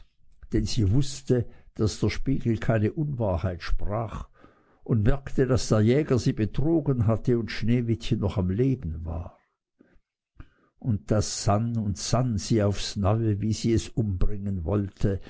denn sie wußte daß der spiegel keine unwahrheit sprach und merkte daß der jäger sie betrogen hatte und sneewittchen noch am leben war und da sann und sann sie aufs neue wie sie es umbringen wollte